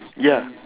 ya